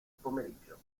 pomeriggio